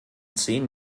zehn